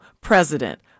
president